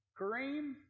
Kareem